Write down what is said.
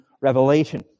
revelation